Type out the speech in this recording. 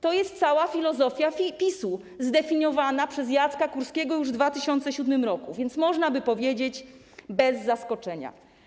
To jest cała filozofia PiS-u zdefiniowana przez Jacka Kurskiego już w 2007 r., więc można by powiedzieć: bez zaskoczenia.